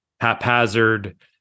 haphazard